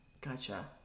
gotcha